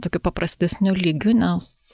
tokiu paprastesniu lygiu nes